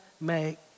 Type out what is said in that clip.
make